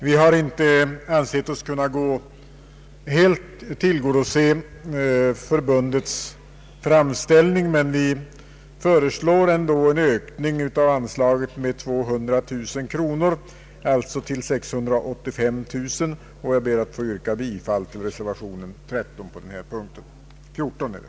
Vi har inte ansett oss helt kunna tillgodose förbundets framställning men föreslår ändå en ökning av nuvarande anslag med 200000 kronor till 685 000 kronor för nästa budgetår. Herr talman! Jag ber att få yrka bifall till reservationen.